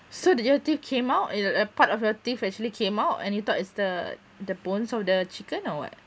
so did your teeth came out err a part of your teeth actually came out and you thought it's the the bones of the chicken or what